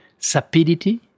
sapidity